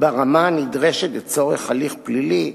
ברמה הנדרשת לצורך הליך פלילי,